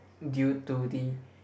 due to the